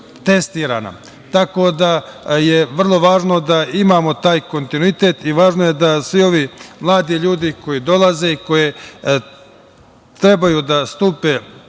da, vrlo je važno da imamo taj kontinuitet i važno je da svi ovi mladi ljudi koji dolaze i koji trebaju da stupe na